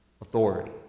authority